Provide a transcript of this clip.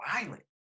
violent